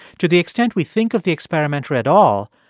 to the extent we think of the experimenter at all,